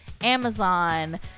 Amazon